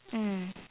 mm